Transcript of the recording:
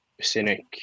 Cynic